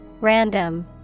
Random